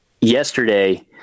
yesterday